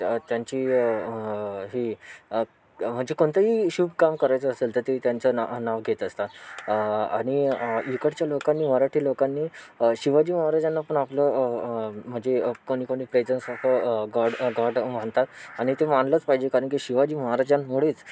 त्या त्यांची ही म्हणजे कोणतंही शुभ काम करायचं असेल तर ते त्यांचं नाव नाव घेत असतात आणि इकडच्या लोकांनी मराठी लोकांनी शिवाजी महाराजांना पण आपलं म्हणजे कोणी कोणी गॉड गॉड म्हणतात आणि ते मानलंच पाहिजे कारण की शिवाजी महाराजांमुळेच